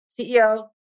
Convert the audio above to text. CEO